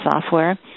software